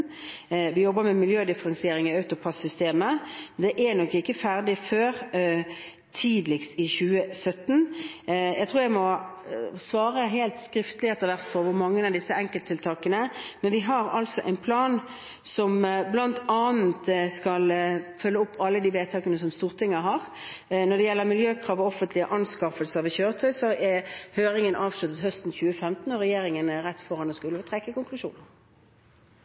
Vi jobber med miljødifferensiering i AutoPASS-systemet, men det er nok ikke ferdig før tidligst i 2017. Jeg tror jeg må svare skriftlig når det gjelder disse enkelttiltakene. Men vi har altså en plan som bl.a. skal følge opp alle de vedtakene som Stortinget har gjort. Når det gjelder miljøkrav og offentlige anskaffelser av kjøretøy, er høringen avsluttet høsten 2015, og regjeringen står rett foran å skulle trekke